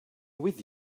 with